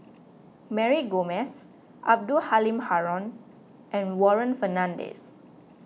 Mary Gomes Abdul Halim Haron and Warren Fernandez